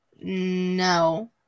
No